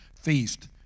feast